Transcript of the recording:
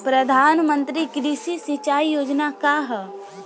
प्रधानमंत्री कृषि सिंचाई योजना का ह?